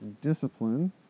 Discipline